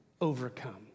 overcome